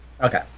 Okay